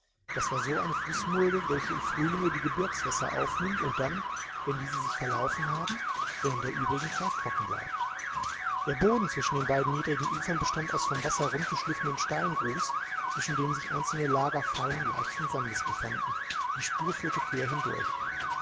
das war so eine flußmulde welche im frühlinge die gebirgswässer aufnimmt und dann wenn diese sich verlaufen haben während der übrigen zeit trocken bleibt der boden zwischen den beiden niedrigen ufern bestand aus vom wasser rund geschliffenem steingrus zwischen dem sich einzelne lager feinen leichten sandes befanden die spur führte quer hindurch